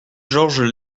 georges